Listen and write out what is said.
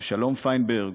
אבשלום פיינברג,